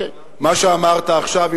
מה שאמרת עכשיו,